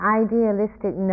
idealistic